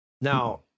Now